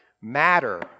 matter